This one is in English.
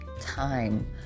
time